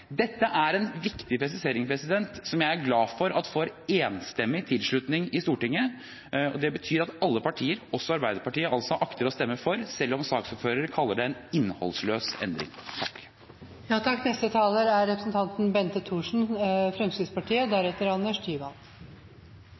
Dette er en viktig presisering som jeg er glad for at får enstemmig tilslutning i Stortinget. Det betyr at alle partier, også Arbeiderpartiet, akter å stemme for, selv om saksordføreren kaller det en innholdsløs endring. «Det hjelper ikke å si ifra, de gjør ikke noe uansett», sa Odin på 13 år. Nå er